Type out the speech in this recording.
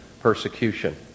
persecution